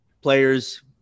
players